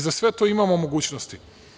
Za sve to imamo mogućnosti.